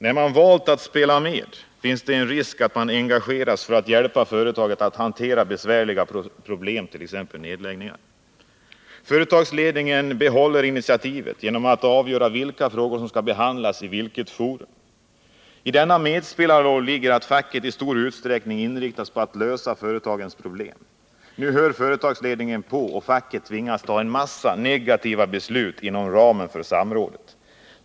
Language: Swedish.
När man valt att ”spela med” finns det en risk att man engageras för att hjälpa företaget att hantera besvärliga problem, t.ex. nedläggningar. — Företagsledningen behåller initiativet genom att avgöra vilka frågor som skall behandlas och i vilket forum. I denna med spelarroll ligger att facket i stor utsträckning inriktas på att lösa företagens problem. Nu hör företagsledningen på, och facken tvingas ta en mängd negativa beslut inom ramen för samrådet.